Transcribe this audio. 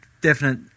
definite